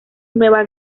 nueva